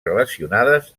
relacionades